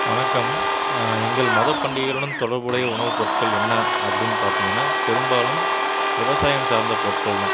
வணக்கம் எங்கள் மத பண்டிகைகளுடன் தொடர்புடைய உணவு பொருட்கள் என்ன அப்படின்னு பார்த்தீங்கன்னா பெரும்பாலும் விவசாயம் சார்ந்த பொருட்கள் தான்